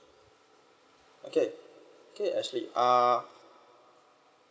okay K ashley uh